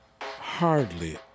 hardly